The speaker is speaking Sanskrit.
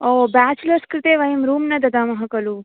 ओ ब्याचुलर्स् कृते वयं रूम् न ददामः खलु